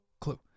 clue